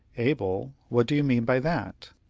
able! what do you mean by that?